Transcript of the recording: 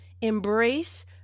embrace